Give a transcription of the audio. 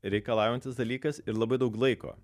reikalaujantis dalykas ir labai daug laiko